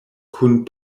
kun